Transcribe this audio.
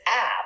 app